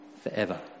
forever